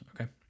okay